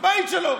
בבית שלו.